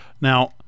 Now